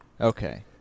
Okay